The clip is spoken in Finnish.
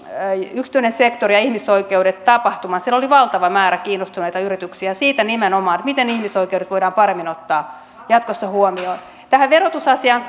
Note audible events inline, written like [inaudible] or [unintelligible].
yksityinen sektori ja ihmisoikeudet tapahtuman siellä oli valtava määrä yrityksiä jotka olivat kiinnostuneita nimenomaan siitä miten ihmisoikeudet voidaan ottaa jatkossa paremmin huomioon tähän verotusasiaan [unintelligible]